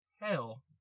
hell